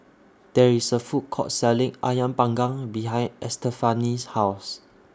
There IS A Food Court Selling Ayam Panggang behind Estefani's House